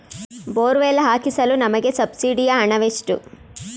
Borewell ಹಾಕಿಸಲು ನಮಗೆ ಸಬ್ಸಿಡಿಯ ಹಣವೆಷ್ಟು?